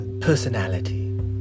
personality